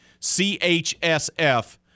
CHSF